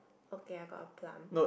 okay I got a plum